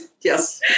yes